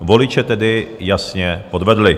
Voliče tedy jasně podvedly.